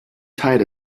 tide